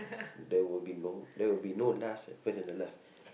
there will be no there will be no last first and the last